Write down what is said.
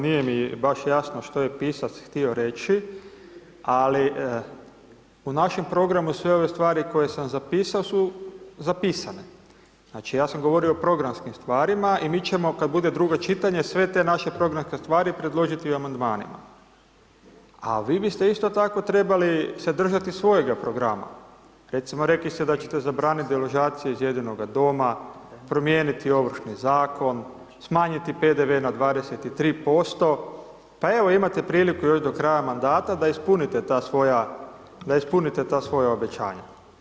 Nije mi baš jasno što je pisac htio reći, ali u našem programu su i ove stvari koje sam zapisao, su zapisane, znači, ja sam govorio o programskim stvarima i mi ćemo kad bude drugo čitanje, sve te naše programske stvari predložiti i u amandmanima, a vi biste isto tako trebali se držati svojega programa, recimo, rekli ste da će te zabraniti deložacije iz jedinoga doma, promijeniti ovršni zakon, smanjiti PDV na 23%, pa evo imate priliku još do kraja mandata da ispunite ta svoja, da ispunite ta svoja obećanja.